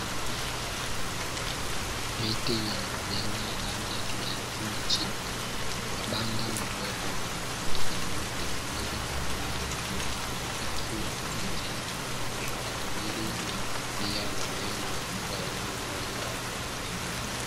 Miti yenye majani ya rangi ya kijani kibichi, mabanda madogo yaliyotengenezwa kwa mbao, yakiwa nje kwa ajili ya kufugia wanyama wa aina mbalimbali.